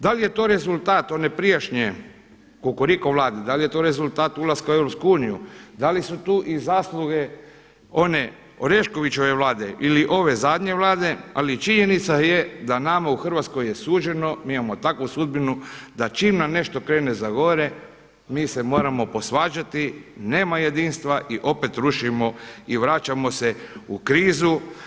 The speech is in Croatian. Da li je to rezultat one prijašnje kukuriku Vlade, da li je to rezultat ulaska u EU, da li su tu i zasluge one Oreškovićeve Vlade ili ove zadnje Vlade ali i činjenica je da nama u Hrvatskoj je suđeno, mi imamo takvu sudbinu da čim nam nešto krene za gore mi se moramo posvađati, nema jedinstva i opet rušimo i vraćamo se u krizu.